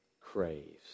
craves